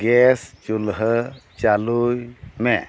gas ᱪᱩᱞᱦᱟᱹ ᱪᱟᱹᱞᱩᱭ ᱢᱮ